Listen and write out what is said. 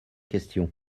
questions